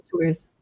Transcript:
tours